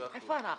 איפה אנחנו?